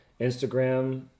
Instagram